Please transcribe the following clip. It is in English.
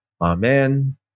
amen